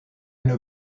une